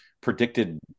predicted